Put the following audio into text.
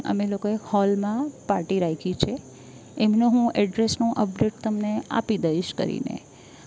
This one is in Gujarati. હ અમે લોકો હોલમાં પાર્ટી રાખી છે એમનો હું એડ્રેસનું અપડેટ તમને આપી દઈશ કરીને